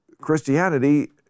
Christianity